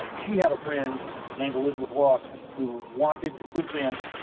um she had a friend named elizabeth lawson, who wanted to present